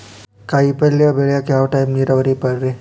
ಕಾಯಿಪಲ್ಯ ಬೆಳಿಯಾಕ ಯಾವ ಟೈಪ್ ನೇರಾವರಿ ಪಾಡ್ರೇ?